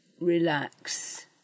relax